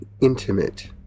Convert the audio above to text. intimate